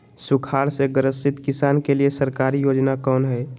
सुखाड़ से ग्रसित किसान के लिए सरकारी योजना कौन हय?